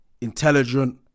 intelligent